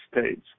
states